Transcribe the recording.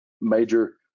major